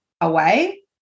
away